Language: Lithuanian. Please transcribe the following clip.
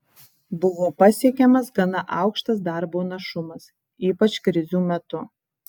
buvo pasiekiamas gana aukštas darbo našumas ypač krizių metu